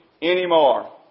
Anymore